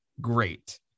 great